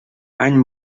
any